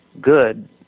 good